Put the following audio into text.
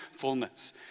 fullness